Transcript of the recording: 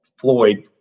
Floyd